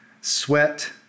sweat